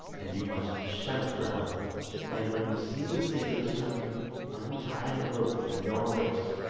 and you must shout for help and when you see the sailors coming untie the rope from your waist,